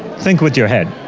think with your head.